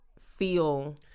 feel